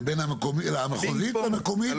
זה בין המחוזית למקומית?